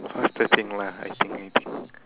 faster think lah I think I think